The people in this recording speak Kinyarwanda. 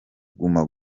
guma